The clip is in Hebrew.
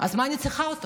אז מה אני צריכה אותו?